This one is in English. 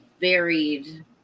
varied